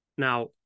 Now